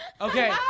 Okay